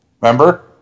Remember